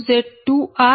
5